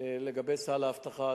לגבי סל האבטחה.